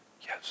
Yes